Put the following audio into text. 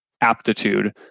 aptitude